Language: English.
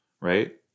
Right